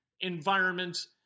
environments